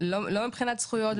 לא מבחינת זכויות,